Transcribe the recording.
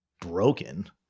broken